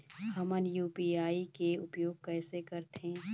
हमन यू.पी.आई के उपयोग कैसे करथें?